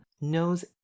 knows